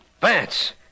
Vance